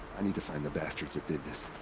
i need to find the bastards that did this.